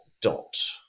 dot